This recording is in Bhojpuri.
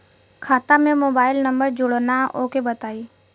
खाता में मोबाइल नंबर जोड़ना ओके बताई?